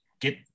get